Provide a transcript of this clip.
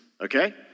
okay